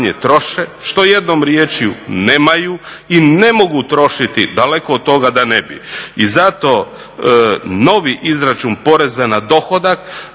što jednom riječju nemaju i ne mogu trošiti. Daleko od toga da ne bi. I zato novi izračun poreza na dohodak